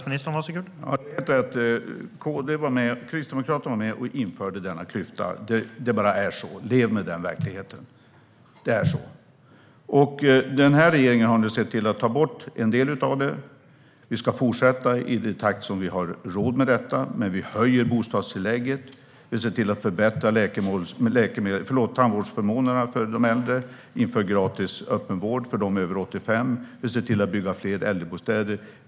Herr talman! Kristdemokraterna var med och införde denna klyfta. Det bara är så. Lev med den verkligheten! Den här regeringen har nu sett till att ta bort en del av dessa klyftor. Vi ska fortsätta i den takt som vi har råd med. Vi höjer bostadstillägget, vi ser till att förbättra tandvårdsförmånerna för de äldre, vi inför gratis öppenvård för dem över 85 år och vi ser till att bygga fler äldrebostäder.